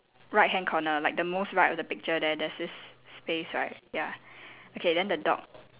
right hand corner like the most right of the picture there there's this space right ya okay then the dog